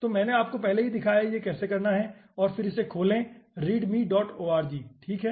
तो मैंने आपको पहले ही दिखाया है कि यह कैसे करना है और फिर इसे खोलें read meorg ठीक है